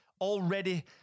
already